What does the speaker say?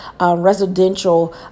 residential